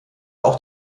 auch